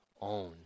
own